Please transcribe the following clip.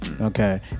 Okay